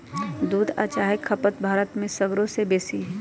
दूध आ चाह के खपत भारत में सगरो से बेशी हइ